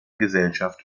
gesellschaft